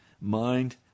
mind